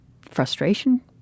frustration